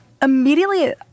Immediately